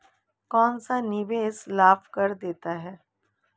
कौनसा निवेश कर लाभ देता है?